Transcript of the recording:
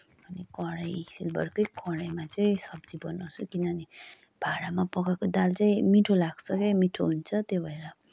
अनि कराई सिल्भरकै कराईमा चाहिँ सब्जी बनाउँछु किनभने भाँडामा पकाएको दाल चाहिँ मिठो लाग्छ क्या मिठो हुन्छ त्यही भएर